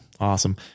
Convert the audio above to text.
Awesome